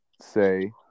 say